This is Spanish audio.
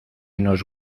nos